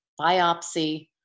biopsy